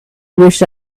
wish